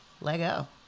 Lego